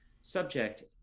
subject